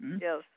Yes